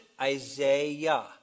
Isaiah